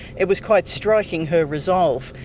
it was quite striking, her resolve.